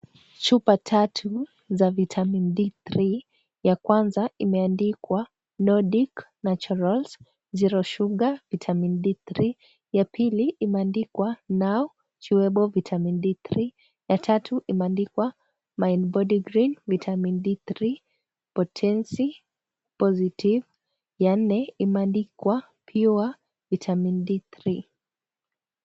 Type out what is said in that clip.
Chupa tatu za vitamini D3, ya Kwanza imeandikwa " Nordic naturals sugar vitamin D3",ya pili imeandikwa "Now vitamin D3 " ya tatu imeandikwa " mind body cream vitamin D3 potency positive" na ya nne imeandikwa" Pure vitamin D3 ".